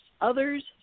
Others